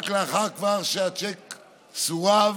רק לאחר שהצ'ק כבר סורב